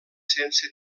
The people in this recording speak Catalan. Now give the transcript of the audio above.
sense